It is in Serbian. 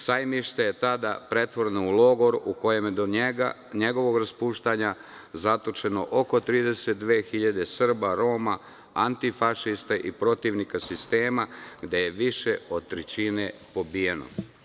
Sajmište je tada pretvoreno u logor u kojem je do njegovog raspuštanja zatočeno oko 32 hiljade Srba, Roma, antifašista i protivnika sistema, gde je više od trećine pobijeno.